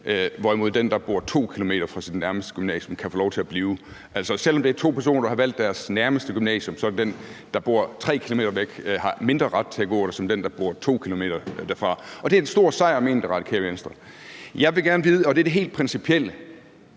hvorimod den, der bor 2 km fra sit nærmeste gymnasium, kan få lov til at blive. Altså, selv om det er to personer, der har valgt deres nærmeste gymnasium, har den, der bor 3 km væk, mindre ret til at gå der end den, der bor 2 km derfra. Og det er en stor sejr, mener Radikale Venstre. Jeg vil gerne spørge om noget, og det er det helt principielle: